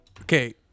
Okay